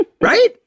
Right